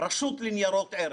רשות ניירות ערך.